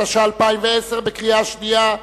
התש"ע 2010, בקריאה שנייה.